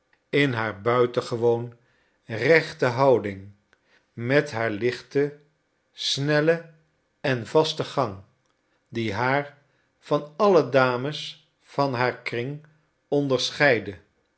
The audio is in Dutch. in haar buitengewoon rechte houding met haar lichten snellen en vasten gang die haar van alle dames van haar kring onderscheidde